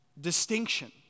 Distinction